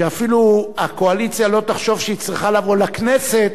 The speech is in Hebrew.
שאפילו הקואליציה לא תחשוב שהיא צריכה לבוא לכנסת